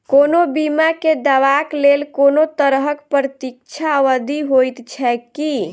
कोनो बीमा केँ दावाक लेल कोनों तरहक प्रतीक्षा अवधि होइत छैक की?